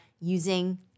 using